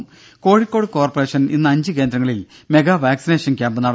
ദര കോഴിക്കോട് കോർപ്പറേഷൻ ഇന്ന് അഞ്ച് കേന്ദ്രങ്ങളിൽ മെഗാ വാക്സിനേഷൻ ക്യാമ്പ് നടത്തും